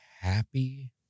happy